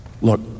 Look